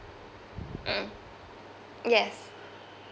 mm yes